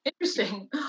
interesting